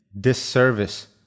disservice